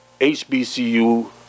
HBCU